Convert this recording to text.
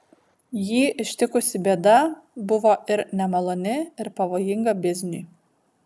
jį ištikusi bėda buvo ir nemaloni ir pavojinga bizniui